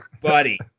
buddy